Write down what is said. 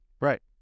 right